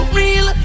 real